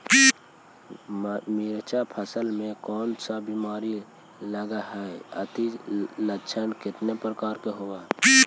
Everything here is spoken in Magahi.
मीरचा के फसल मे कोन सा बीमारी लगहय, अती लक्षण कितने प्रकार के होब?